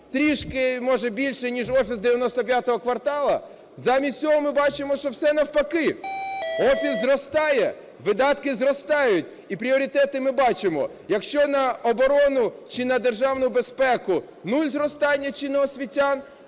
трішки може більше ніж офіс "95 кварталу". Замість цього ми бачимо, що все навпаки: офіс зростає, видатки зростають і пріоритети ми бачимо. Якщо на оборону чи на державну безпеку – 0 зростання чи на освітян,